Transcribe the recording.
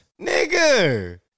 Nigga